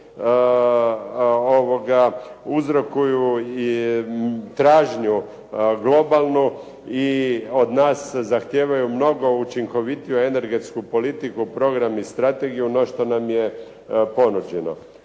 uzrokuju i tražnju globalnu i od nas zahtijevaju mnogo učinkovitiju energetsku politiku, program i strategiju no što nam je ponuđeno.